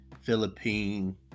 Philippine